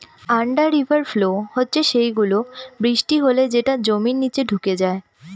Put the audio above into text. under river flow হচ্ছে সেই গুলো, বৃষ্টি হলে যেটা জমির নিচে ঢুকে যায়